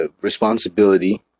responsibility